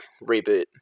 reboot